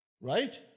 Right